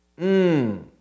Mmm